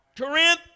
Corinth